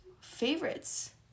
Favorites